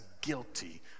guilty